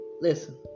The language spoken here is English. listen